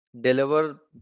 deliver